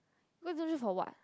go internship for what